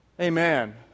Amen